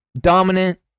dominant